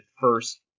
first